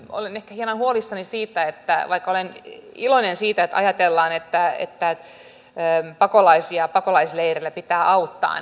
olen ehkä hiukan huolissani siitä vaikka olen iloinen siitä että ajatellaan että että pakolaisia pakolaisleireillä pitää auttaa